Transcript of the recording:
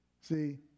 See